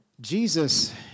Jesus